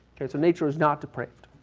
okay so nature is not to print.